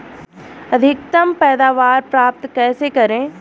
अधिकतम पैदावार प्राप्त कैसे करें?